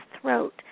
throat